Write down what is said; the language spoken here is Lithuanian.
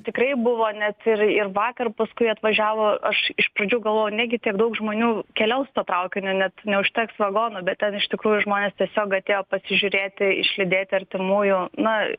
tikrai buvo net ir ir vakar paskui atvažiavo aš iš pradžių galvojau negi tiek daug žmonių keliaus tuo traukiniu net neužteks vagonų bet ten iš tikrųjų žmonės tiesiog atėjo pasižiūrėti išlydėti artimųjų na